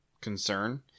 concern